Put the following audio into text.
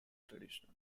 traditional